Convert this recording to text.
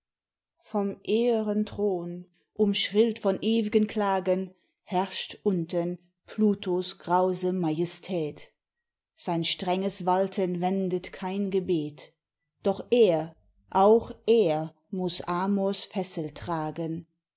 vom eh'rnen thron umschrillt von ew'gen klagen herrscht unten pluto's grause majestät sein strenges walten wendet kein gebet doch er auch er muß amors fessel tragen